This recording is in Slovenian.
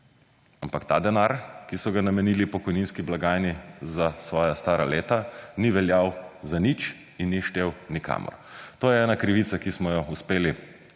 Ampak ta denar, ki so ga namenili pokojninski blagajni za svoja stara leta, ni veljal za nič in ni štel nikamor. To je ena krivica, ki smo jo uspeli odpraviti